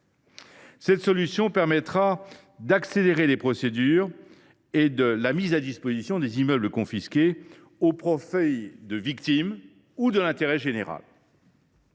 Cette solution permettra d’accélérer les procédures ainsi que la mise à disposition de ces immeubles confisqués au profit des victimes ou de l’intérêt général.